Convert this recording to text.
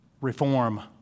Reform